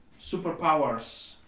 superpowers